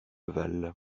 val